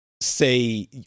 say